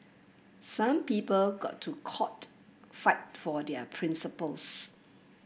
some people go to court fight for their principles